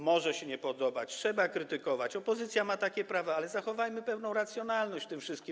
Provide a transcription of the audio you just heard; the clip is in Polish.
Może się nie podobać, trzeba krytykować, opozycja ma takie prawa, ale zachowajmy pewną racjonalność w tym wszystkim.